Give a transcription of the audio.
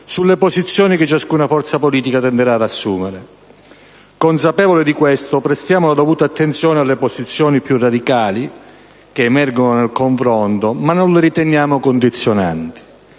sulle posizioni che ciascuna forza politica tenderà ad assumere. Consapevoli di questo prestiamo la dovuta attenzione alle posizioni più radicali che emergono nel confronto ma non le riteniamo condizionanti.